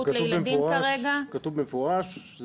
לילדים כרגע --- אז זה כתוב במפורש,